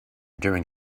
during